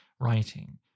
writing